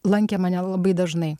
lankė mane labai dažnai